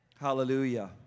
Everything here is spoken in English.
Hallelujah